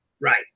Right